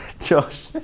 Josh